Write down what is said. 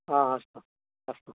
आ अस्तु अस्तु